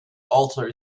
alter